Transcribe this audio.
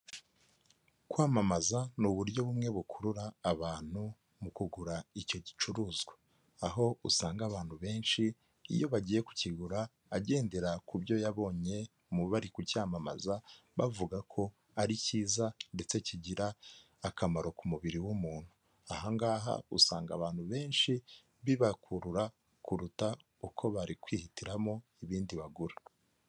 Kwamamaza ni uburyo bumwe bukurura abantu mu kugura icyo gicuruzwa, aho usanga abantu benshi iyo bagiye kukigura agendera ku byo yabonye mu bari kucyamamaza, bavuga ko ari cyiza ndetse kigira akamaro ku mubiri w'umuntu, aha ngaha usanga abantu benshi bibakurura kuruta uko bari kwihitiramo ibindi bagura.